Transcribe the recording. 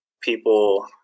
people